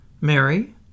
Mary